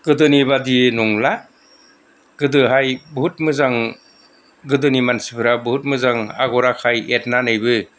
गोदोनि बादि नंला गोदोहाय बहुद मोजां गोदोनि मानसिफोरा बहुद मोजां आगर आखाय एरनानैबो